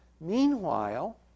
Meanwhile